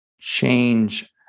change